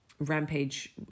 rampage